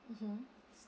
mmhmm